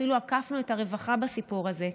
אפילו עקפנו את הרווחה בסיפור הזה,